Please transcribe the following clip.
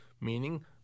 meaning